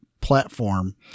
platform